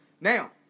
Now